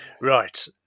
Right